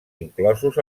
inclosos